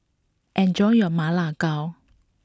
enjoy your Ma Lai Gao